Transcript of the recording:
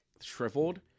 shriveled